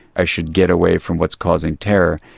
i should get away from what's causing terror'.